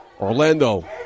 Orlando